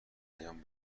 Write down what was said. پیام